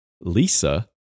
Lisa